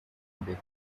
imbere